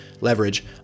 leverage